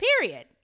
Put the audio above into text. Period